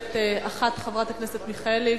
מתנגדת אחת, חברת הכנסת מיכאלי.